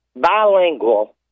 bilingual